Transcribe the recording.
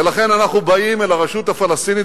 ולכן אנחנו באים אל הרשות הפלסטינית